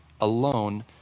alone